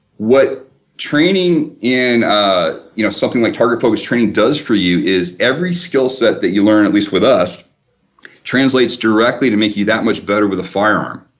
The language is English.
what training and ah you know something like target focus training does for you is every skill set that you learn at least with us translates directly to make you that much better with a firearm.